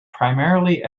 primarily